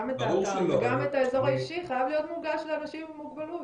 האזור האישי חייב להיות מונגש לאנשים עם מוגבלות.